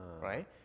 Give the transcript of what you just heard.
right